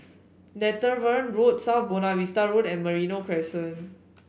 Netheravon Road South Buona Vista Road and Merino Crescent